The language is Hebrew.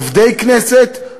עובדי כנסת,